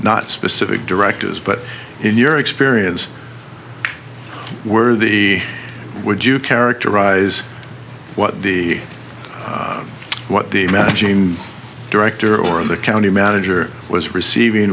not specific directors but in your experience were the would you characterize what the what the managing director or of the county manager was receiving